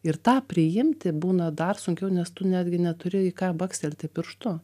ir tą priimti būna dar sunkiau nes tu netgi neturi į ką bakstelti pirštu